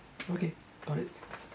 okay got it